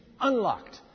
unlocked